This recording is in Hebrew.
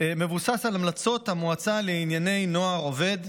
מבוסס על המלצות המועצה לענייני נוער עובד,